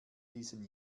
diesen